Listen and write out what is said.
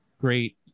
great